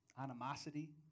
animosity